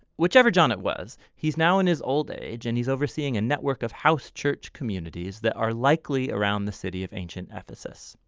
whichever john it was he's now now in his old age and he's overseeing a network of house church communities that are likely around the city of ancient ephesus.